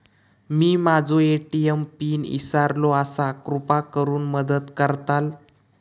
मी माझो ATM pin इसरलो आसा कृपा करुन मदत करताल